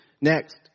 Next